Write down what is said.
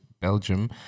Belgium